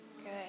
Good